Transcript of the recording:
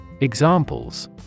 Examples